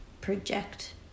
project